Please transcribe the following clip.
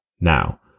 Now